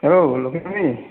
hello